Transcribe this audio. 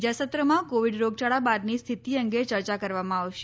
બીજા સત્રમાં કોવિડ રોગચાળા બાદની સ્થિતી અંગે ચર્ચા કરવામાં આવશે